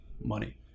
money